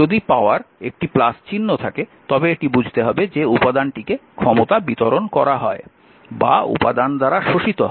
যদি পাওয়ারে একটি চিহ্ন থাকে তবে এটি বুঝতে হবে যে উপাদানটিকে ক্ষমতা বিতরণ করা হয় বা উপাদান দ্বারা শোষিত হয়